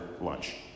lunch